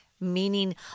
meaning